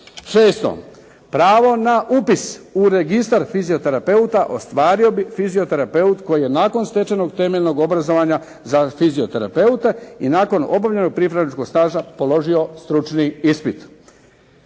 Šesto. Pravo na upis u registar fizioterapeuta ostvario bi fizioterapeut koji je nakon stečenog temeljnog obrazovanja za fizioterapeute i nakon obavljenog pripravničkog staža položio stručni ispit.